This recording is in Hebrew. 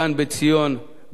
כאן בציון,